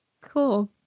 cool